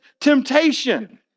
temptation